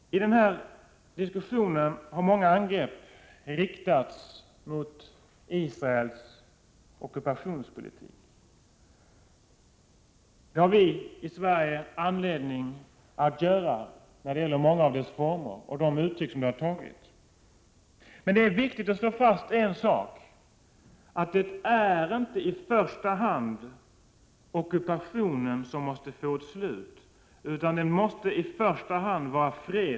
I denna diskussion har många angrepp riktats mot Israels ockupationspolitik. Det har vi i Sverige anledning att göra när det gäller många av de former i vilka ockupationen skett och de uttryck den tagit sig. Men det är viktigt att slå fast att det inte i första hand är fråga om att få ockupationen att upphöra.